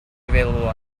available